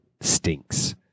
stinks